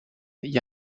gli